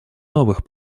новых